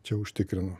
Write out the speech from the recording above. čia užtikrinu